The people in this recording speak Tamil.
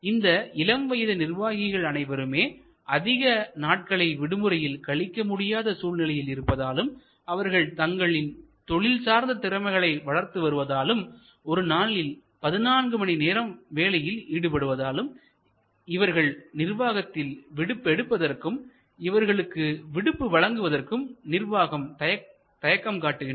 இந்த இளம் வயது நிர்வாகிகள் அனைவருக்குமே அதிக நாட்களை விடுமுறையில் கழிக்க முடியாத சூழ்நிலை இருப்பதாலும் அவர்கள் தங்களின் தொழில் சார்ந்த திறமைகளை வளர்த்து வருவதாலும் ஒருநாளில் 14 மணி நேரம் வேலையில் ஈடுபடுவதாலும் இவர்கள் நிர்வாகத்தில் விடுப்பு எடுப்பதற்கும் இவர்களுக்கு விடுப்பு வழங்குவதற்கும் நிர்வாகம் தயக்கம் காட்டுகின்றன